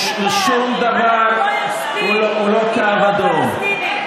שום דבר הוא לא קו אדום.